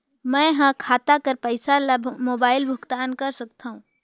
मैं ह खाता कर पईसा ला मोबाइल भुगतान कर सकथव?